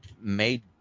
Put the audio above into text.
made